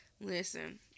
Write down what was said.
Listen